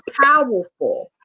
powerful